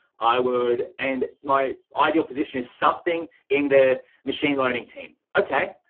i would and my ideal position is something in the machine learning team. okay,